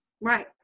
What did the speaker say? Right